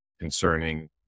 concerning